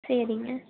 சரிங்க